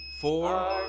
four